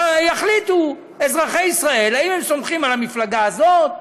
ויחליטו אזרחי ישראל אם הם סומכים על המפלגה הזאת,